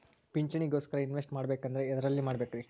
ಪಿಂಚಣಿ ಗೋಸ್ಕರ ಇನ್ವೆಸ್ಟ್ ಮಾಡಬೇಕಂದ್ರ ಎದರಲ್ಲಿ ಮಾಡ್ಬೇಕ್ರಿ?